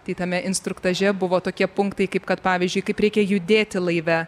tai tame instruktaže buvo tokie punktai kaip kad pavyzdžiui kaip reikia judėti laive